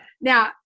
Now